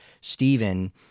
Stephen